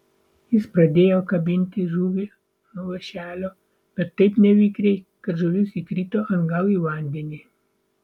jis pradėjo kabinti žuvį nuo vąšelio bet taip nevikriai kad žuvis įkrito atgal į vandenį